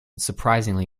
surprisingly